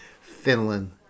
Finland